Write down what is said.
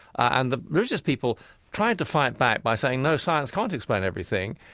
and the religious people tried to fight back by saying, no, science can't explain everything,